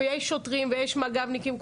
יש שוטרים ויש מג"בניקים.